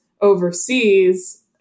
overseas